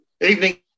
Evening